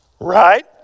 Right